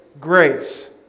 grace